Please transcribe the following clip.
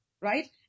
right